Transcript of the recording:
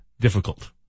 Difficult